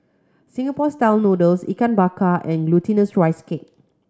Singapore Style Noodles Ikan Bakar and Glutinous Rice Cake